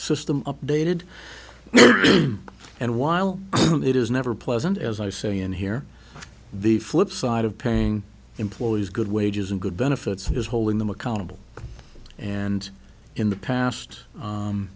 system updated and while it is never pleasant as i say in here the flip side of paying employees good wages and good benefits is holding them accountable and in the past